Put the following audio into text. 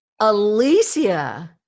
Alicia